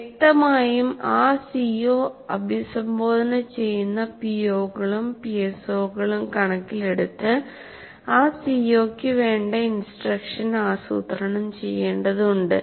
വ്യക്തമായും ആ സിഒ അഭിസംബോധന ചെയ്യുന്ന പിഒകളും പിഎസ്ഒകളും കണക്കിലെടുത്ത് ആ സിഒയ്ക്ക് വേണ്ട ഇൻസ്ട്രക്ഷൻ ആസൂത്രണം ചെയ്യേണ്ടതുണ്ട്